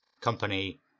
company